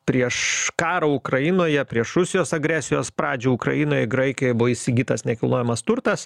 prieš karą ukrainoje prieš rusijos agresijos pradžią ukrainoje graikijoje buvo įsigytas nekilnojamas turtas